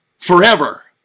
Forever